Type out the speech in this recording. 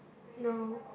no